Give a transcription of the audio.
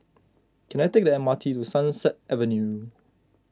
can I take the M R T to Sunset Avenue